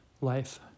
life